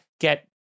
get